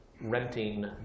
renting